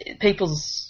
people's